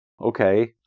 Okay